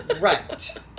Right